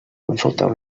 consulteu